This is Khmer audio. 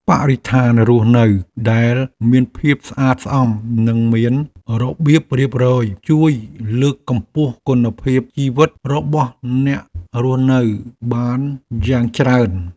បរិស្ថានរស់នៅដែលមានភាពស្អាតស្អំនិងមានរបៀបរៀបរយជួយលើកកម្ពស់គុណភាពជីវិតរបស់អ្នករស់នៅបានយ៉ាងច្រើន។